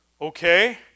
okay